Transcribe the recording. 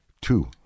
Two